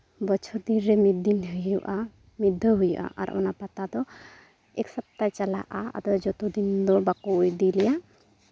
ᱵᱚᱪᱷᱚᱨ ᱫᱤᱱ ᱨᱮ ᱢᱤᱫ ᱫᱤᱱ ᱦᱩᱭᱩᱜᱼᱟ ᱢᱤᱫ ᱫᱷᱟᱣ ᱦᱩᱭᱩᱜᱼᱟ ᱟᱨ ᱚᱱᱟ ᱯᱟᱛᱟ ᱫᱚ ᱮᱹᱠ ᱥᱚᱯᱛᱟ ᱪᱟᱞᱟᱜᱼᱟ ᱟᱫᱚ ᱡᱚᱛᱚ ᱫᱤᱱ ᱫᱚ ᱵᱟᱠᱚ ᱤᱫᱤ ᱞᱮᱭᱟ